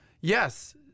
yes